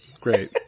Great